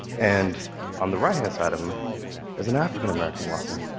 and on the right-hand side of him is an african-american walking.